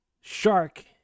shark